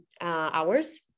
hours